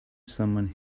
someone